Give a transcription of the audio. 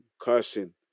cursing